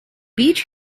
beach